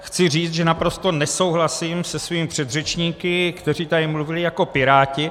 Chci ale říct, že naprosto nesouhlasím se svými předřečníky, kteří tady mluvili jako piráti.